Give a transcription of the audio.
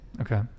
Okay